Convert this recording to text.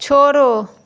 छोड़ो